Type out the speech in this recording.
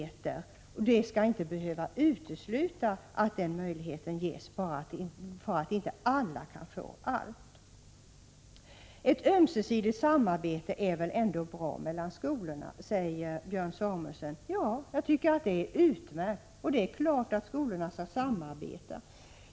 Det faktum att inte alla kan få allt skall inte behöva utesluta att den möjligheten ges där det går. Ett ömsesidigt samarbete mellan skolorna är väl ändå bra, sade Björn Samuelson. Ja, jag tycker att det är utmärkt. Det är klart att skolorna skall samarbeta.